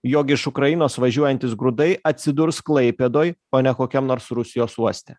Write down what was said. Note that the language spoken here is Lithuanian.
jog iš ukrainos važiuojantys grūdai atsidurs klaipėdoj o ne kokiam nors rusijos uoste